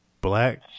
black